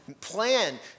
Plan